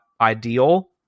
ideal